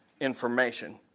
information